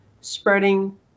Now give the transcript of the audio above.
spreading